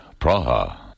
Praha